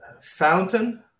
fountain